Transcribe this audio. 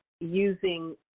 Using